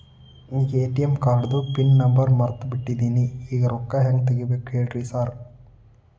ATM ಕಾರ್ಡಿಂದು pin number ಮರ್ತ್ ಬಿಟ್ಟಿದೇನಿ ಈಗ ರೊಕ್ಕಾ ಹೆಂಗ್ ತೆಗೆಬೇಕು ಹೇಳ್ರಿ ಸಾರ್